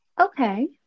Okay